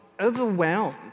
overwhelmed